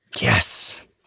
Yes